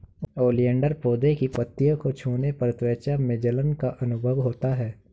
oleander पौधे की पत्तियों को छूने पर त्वचा में जलन का अनुभव होता है